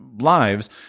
lives